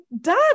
done